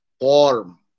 form